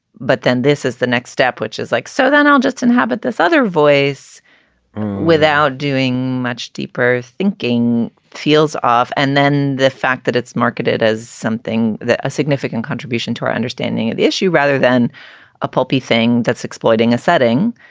but then this is the next step, which is like, so then i'll just inhabit this other voice without doing much deeper thinking feels off. and then the fact that it's marketed as something that a significant contribution to our understanding of the issue rather than a puppy thing that's exploiting a setting,